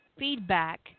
feedback